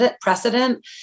precedent